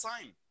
time